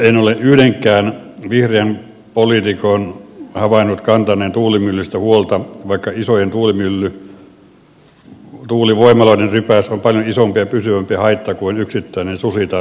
en ole yhdenkään vihreän poliitikon havainnut kantaneen tuulimyllyistä huolta vaikka isojen tuulivoimaloiden rypäs on paljon isompi ja pysyvämpi haitta kuin yksittäinen susi tai liito orava